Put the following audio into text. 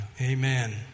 Amen